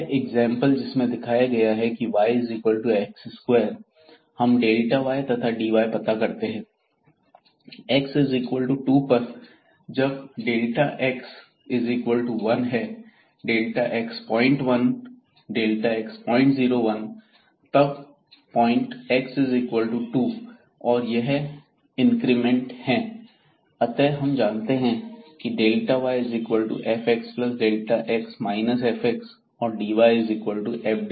यह एग्जांपल जिसमें दिखाया गया है की yx2हम y त था dy पता करते हैं x2 पर जब x1x01x001तब पॉइंट x2और यह इंक्रीमेंट हैं अतः हम जानते हैं की yfxx fऔर dyfxdx